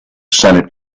senate